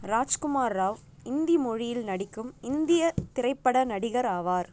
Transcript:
ராஜ்குமார் ராவ் இந்தி மொழியில் நடிக்கும் இந்திய திரைப்பட நடிகர் ஆவார்